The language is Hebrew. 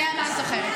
סליחה, אני מאיים עליך?